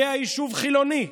יהיה היישוב חילוני,